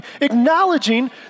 acknowledging